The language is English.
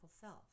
self